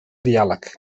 diàleg